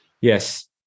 Yes